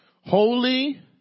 holy